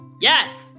yes